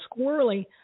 squirrely